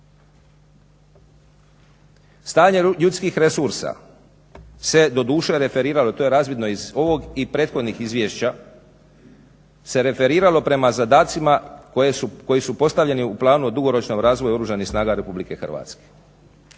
Stanje ljudskih resursa se doduše referiralo, to je razvidno iz ovog i prethodnih izvješća, se referiralo prema zadacima koji su postavljeni u Planu o dugoročnom razvoju Oružanih snaga Republici Hrvatske.